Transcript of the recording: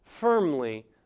firmly